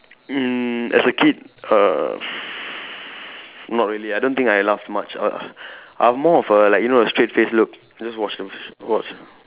mm as a kid uh not really I don't think I laugh much ah I more of a like you know the straight face look just watch those watch